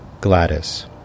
Gladys